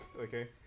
Okay